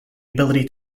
ability